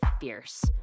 fierce